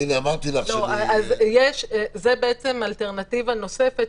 זו אלטרנטיבה נוספת,